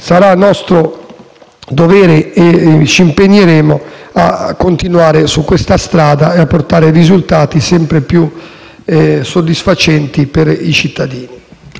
sarà nostro dovere - e ci impegneremo in tal senso - continuare su questa strada e portare risultati sempre più soddisfacenti per i cittadini.